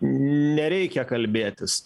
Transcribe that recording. nereikia kalbėtis